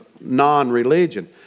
non-religion